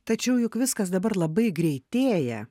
tačiau juk viskas dabar labai greitėja